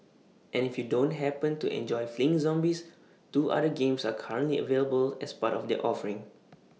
and if you don't happen to enjoy fleeing zombies two other games are currently available as part of their offering